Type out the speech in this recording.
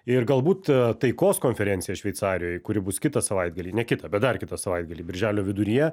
ir galbūt taikos konferenciją šveicarijoj kuri bus kitą savaitgalį ne kitą bet dar kitą savaitgalį birželio viduryje